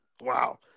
Wow